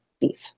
beef